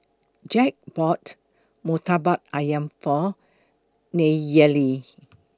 Jack bought Murtabak Ayam For Nayeli